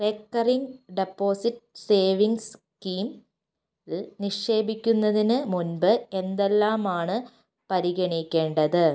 recurring deposit savings സ്കീമിൽ നിക്ഷേപിക്കുന്നതിനു മുമ്പ് എന്തെല്ലാമാണ് പരിഗണിക്കേണ്ടത്